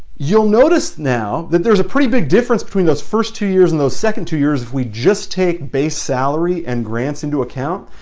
you'll notice now that there's a pretty big difference between those first two years and those second two years if we just take base salary and grants into account.